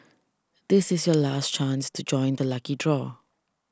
this is your last chance to join the lucky draw